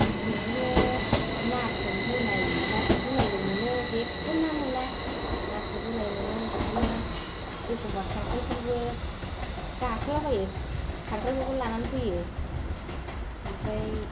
बिदिनो नाथुर जुनाय नाथुर जुनायल' मोनो जेबो ना मोना नाथुर जुनाय मोनो बिदिनो एखम्बा खांख्राइफोरबो गाखोलाबायो खांख्राइखौबो लानानै फैयो ओमफ्राय